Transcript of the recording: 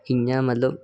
इयां मतलब